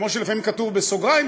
כמו שלפעמים כתוב בסוגריים,